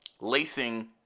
lacing